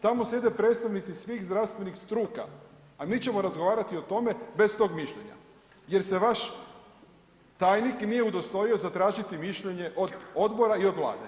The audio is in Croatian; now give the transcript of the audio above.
Tamo sjede predstavnici svih zdravstvenih struka, a mi ćemo razgovarati o tome bez tog mišljenja jer se vaš tajnik nije udostojao zatražiti mišljenje od odbora i od Vlade.